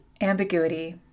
ambiguity